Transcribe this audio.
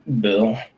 bill